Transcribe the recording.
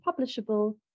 publishable